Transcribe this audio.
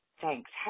Thanks